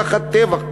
תחת טבח,